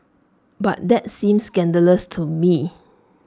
but that seems scandalous to me